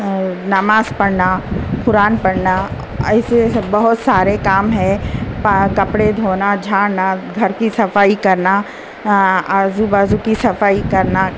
نماز پڑھنا قرآن پڑھنا ایسے سب بہت سارے کام ہے کپڑے دھونا جھاڑنا گھر کی صفائی کرنا آزو بازو کی صفائی کرنا